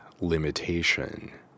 limitation